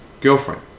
girlfriend